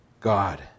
God